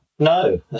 No